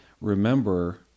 remember